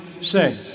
say